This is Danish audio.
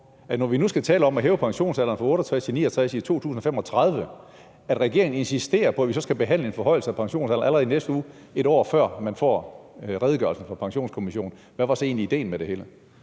når nu vi skal tale om at hæve pensionsalderen fra 68 år til 69 år i 2035, at regeringen insisterer på, at vi så skal behandle en forhøjelse af pensionsalderen allerede i næste uge, et år før man får redegørelsen fra Pensionskommissionen? Hvad var så egentlig idéen med det hele?